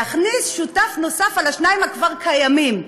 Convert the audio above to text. להכניס שותף נוסף על השניים שכבר קיימים.